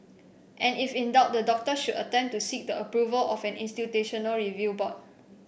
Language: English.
and if in doubt the doctor should attempt to seek the approval of an institutional review board